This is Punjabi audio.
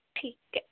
ਠੀਕ ਹੈ